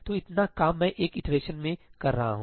तो इतना काम मैं एक इटरेशन में कर रहा हूं